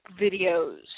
videos